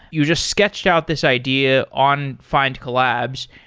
you just sketched out this idea on findcollabs.